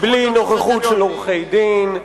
בלי נוכחות של עורכי-דין,